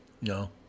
No